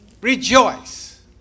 rejoice